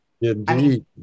Indeed